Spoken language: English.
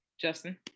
Justin